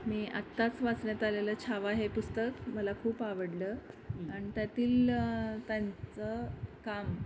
मी आत्ताच वाचण्यात आलेलं छावा हे पुस्तक मला खूप आवडलं आणि त्यातील त्यांचं काम